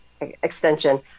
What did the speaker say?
extension